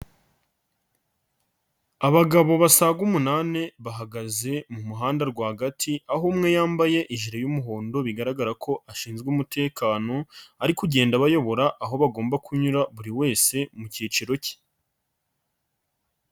Abagabo basaga umunani bahagaze mu muhanda rwagati aho umwe yambaye ijire y'umuhondo bigaragara ko ashinzwe umutekano, ari kugenda abayobora aho bagomba kunyura buri wese mu cyiciro cye.